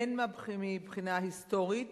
הן מבחינה היסטורית